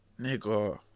Nigga